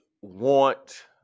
want